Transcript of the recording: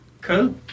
cool